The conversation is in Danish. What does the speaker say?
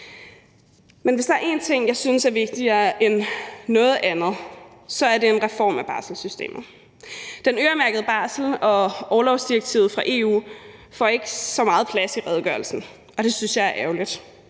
Men hvis der er en ting, jeg synes er vigtigere end noget andet, er det en reform af barselssystemet. Den øremærkede barsel og orlovsdirektivet fra EU får ikke så meget plads i redegørelsen, og det synes jeg er ærgerligt.